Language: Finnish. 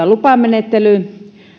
lupamenettely